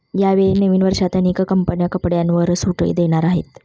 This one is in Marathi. यावेळी नवीन वर्षात अनेक कंपन्या कपड्यांवर सूट देणार आहेत